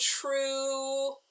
true